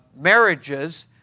marriages